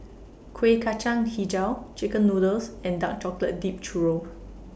Kueh Kacang Hijau Chicken Noodles and Dark Chocolate Dipped Churro